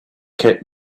kept